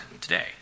today